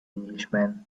englishman